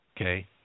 Okay